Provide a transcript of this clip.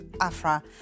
Afra